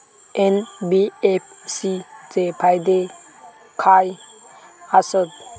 NBFC चे फायदे खाय आसत?